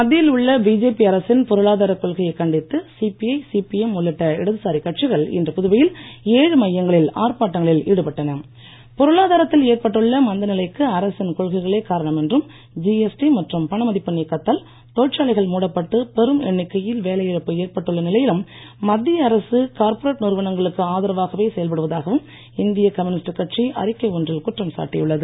மத்தியில் உள்ள பிஜேபி அரசின் பொருளாதாரக் கொள்கையைக் கண்டித்து சிபிஐசிபிஎம் உள்ளிட்ட இடதுசாரிக் கட்சிகள் இன்று புதுவையில் பொருளாதாரத்தில் ஏற்பட்டுள்ள மந்த நிலைக்கு அரசின் கொள்கைகளே காரணம் என்றும் ஜிஎஸ்டி மற்றும் பணமதிப்பு நீக்கத்தால் தொழிற்சாலைகள் மூடப்பட்டு பெரும் எண்ணிக்கையில் வேலை இழப்பு ஏற்பட்டுள்ள நிலையிலும் மத்திய அரசு கார்பொரேட் நிறுவனங்களுக்கு ஆதரவாகவே செயல்படுவதாகவும் இந்திய கம்யூனிஸ்ட் கட்சி அறிக்கை ஒன்றில் குற்றம் சாட்டியுள்ளது